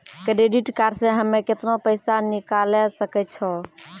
Credit card से हम्मे केतना पैसा निकाले सकै छौ?